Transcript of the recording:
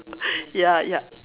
ya ya